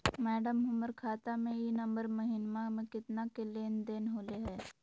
madam, हमर खाता में ई नवंबर महीनमा में केतना के लेन देन होले है